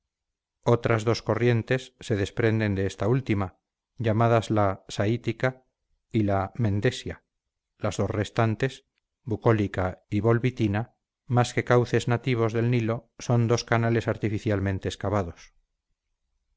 otras dos corrientes se desprenden de esta última llamadas la saitica y la mendesia las dos restantes bucolica y bolbitina más que cauces nativos del nilo son dos canales artificialmente excavados